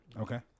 Okay